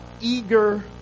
eager